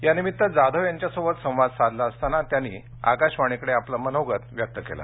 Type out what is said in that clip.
यानिमित्त जाधव यांच्यासोबत संवाद साधला असताना त्यांनी आकाशवाणीकडे आपलं मनोगत व्यक्त केलं